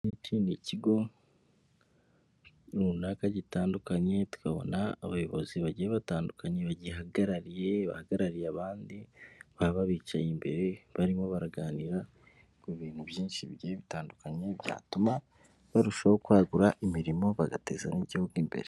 Iki ngiki ni ikigo runaka gitandukanye, tukabona abayobozi bagiye batandukanye bagihagarariye, bahagarariye abandi, baba bicaye imbere barimo baraganira ku bintu byinshi bigiye bitandukanye byatuma barushaho kwagura imirimo, bagateza n'igihugu imbere.